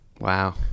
Wow